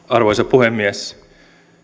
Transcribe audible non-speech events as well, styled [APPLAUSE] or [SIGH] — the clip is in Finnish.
[UNINTELLIGIBLE] arvoisa puhemies